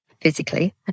physically